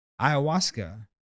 ayahuasca